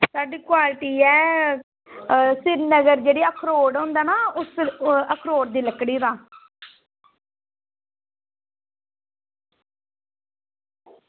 साढ़ी क्वालिटी ऐ सिरीनगर जेह्ड़ा अखरोट होंदा ना अखरोट दी लकड़ी दा